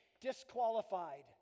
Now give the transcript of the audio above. disqualified